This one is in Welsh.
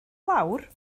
lawr